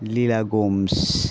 lira Gomes